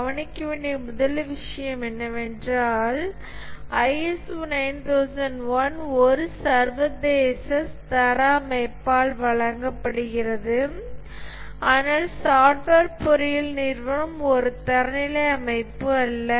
கவனிக்க வேண்டிய முதல் விஷயம் என்னவென்றால் ISO 9001 ஒரு சர்வதேச தர அமைப்பால் வழங்கப்படுகிறது ஆனால் சாஃப்ட்வேர் பொறியியல் நிறுவனம் ஒரு தரநிலை அமைப்பு அல்ல